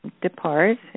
depart